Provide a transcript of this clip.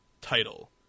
title